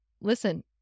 listen